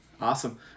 awesome